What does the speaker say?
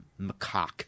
macaque